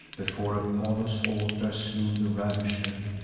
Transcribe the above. before apollo's altar slew the ravisher.